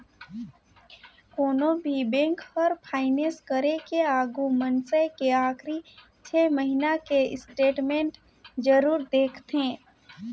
कोनो भी बेंक हर फाइनेस करे के आघू मइनसे के आखरी छे महिना के स्टेटमेंट जरूर देखथें